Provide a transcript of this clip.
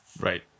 Right